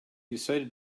decided